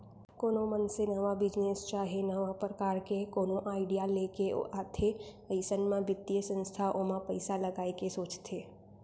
कोनो मनसे नवा बिजनेस चाहे नवा परकार के कोनो आडिया लेके आथे अइसन म बित्तीय संस्था ओमा पइसा लगाय के सोचथे